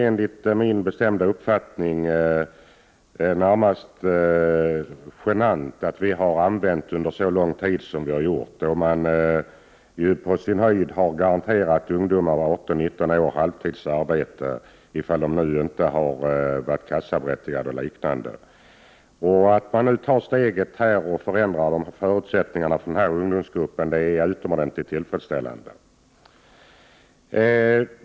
Enligt min bestämda uppfattning är det närmast genant att vi har använt ungdomslagen under så lång tid som vi har gjort, då den på sin höjd har garanterat ungdomar på 18—19 år halvtidsarbete, förutsatt att de inte har varit kassaberättigade. Att steget nu tas för att förändra förutsättningarna för denna ungdomsgrupp är utomordentligt tillfredsställande.